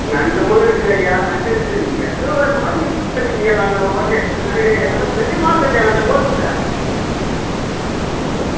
நண்டுமும் இருக்குது ஐயா நண்டு இருக்குது நீ எது வேணுமோ நீங்கள் ஃபிக்ஸ் பண்ணிக்கோங்க நானு ஓகே எல்லாம் ரெடியாகி எங்கிட்டே பெரிய மார்க்கெட்டு எங்கிட்டே ஹோல்சேலு ஓ